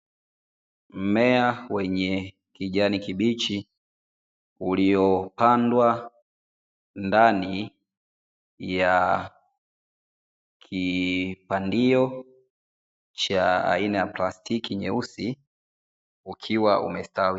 Mmea wenye kijani kibichi uliopandwa ndani ya kipandio cha aina ya plastiki nyeusi ukiwa umestawi.